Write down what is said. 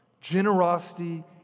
Generosity